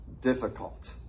difficult